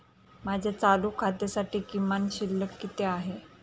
माझ्या चालू खात्यासाठी किमान शिल्लक किती आहे?